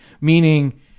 Meaning